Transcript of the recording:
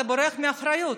אתה בורח מאחריות.